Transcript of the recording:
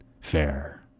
fair